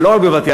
ולא רק בבת-ים,